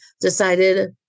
decided